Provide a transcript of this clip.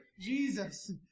Jesus